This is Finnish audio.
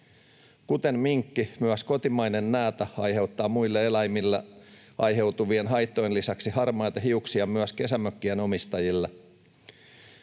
Kuten minkki myös kotimainen näätä aiheuttaa muille eläimille aiheutuvien haittojen lisäksi myös harmaita hiuksia kesämökkien omistajille.